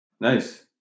nice